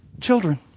children